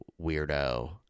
weirdo